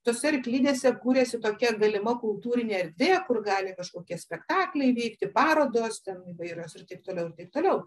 tose arklidėse kūrėsi tokia galima kultūrinė erdvė kur gali kažkokie spektakliai vykti parodos ten įvairios ir taip toliau ir taip toliau